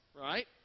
right